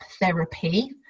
therapy